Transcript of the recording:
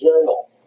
journal